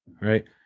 right